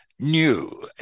New